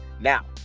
Now